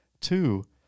Two